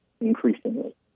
increasingly